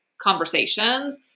conversations